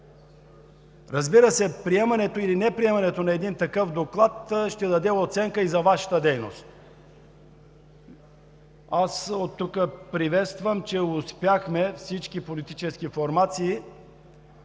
Разбира се, приемането или неприемането на един такъв доклад ще даде оценка и за Вашата дейност. Аз оттук приветствам, че всички политически формации